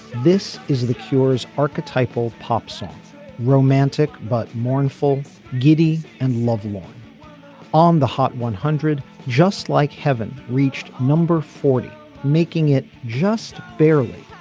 this is the cure's archetypal pop song romantic but mournful giddy and lovelorn on the hot one hundred. just like heaven reached number forty making it just barely.